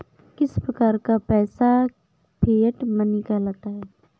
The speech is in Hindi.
किस प्रकार का पैसा फिएट मनी कहलाता है?